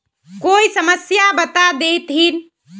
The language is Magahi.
कोई समस्या बता देतहिन?